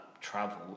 travel